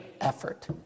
effort